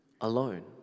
alone